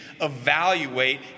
evaluate